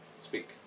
Speak